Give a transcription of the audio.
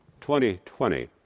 2020